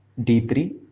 d three